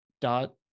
dot